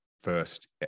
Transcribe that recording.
first